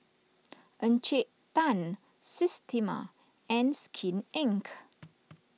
Encik Tan Systema and Skin Inc